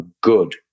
good